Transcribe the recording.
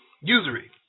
Usury